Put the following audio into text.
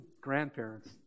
grandparents